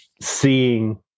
seeing